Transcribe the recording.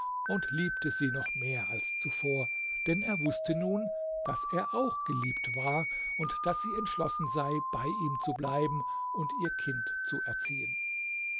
und liebte sie noch mehr als zuvor denn er wußte nun daß er auch geliebt war und daß sie entschlossen sei bei ihm zu bleiben und ihr kind zu erziehen